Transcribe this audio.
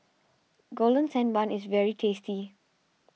Golden Sand Bun is very tasty